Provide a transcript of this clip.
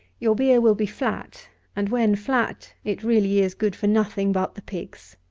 your beer will be flat and when flat, it really is good for nothing but the pigs.